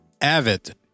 avid